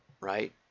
right